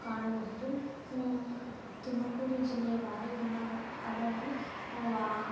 ಕಾಣಬಹುದು ತುಮಕೂರು ಜಿಲ್ಲೆಯ ವಾಯುಗುಣ ಅದನ್ನು ವಾ